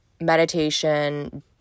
meditation